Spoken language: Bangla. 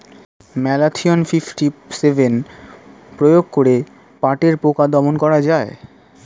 ম্যালাথিয়ন ফিফটি সেভেন প্রয়োগ করে পাটের পোকা দমন করা যায়?